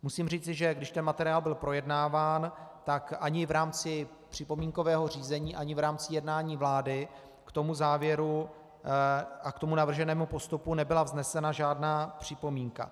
Musím říct, že když ten materiál byl projednáván, tak ani v rámci připomínkového řízení, ani v rámci jednání vlády k tomu závěru a k tomu navrženému postupu nebyla vznesena žádná připomínka.